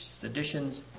seditions